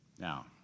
Now